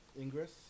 Ingress